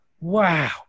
wow